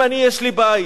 אם אני, יש לי בית,